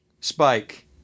Spike